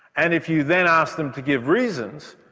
and if you then ask them to give reasons,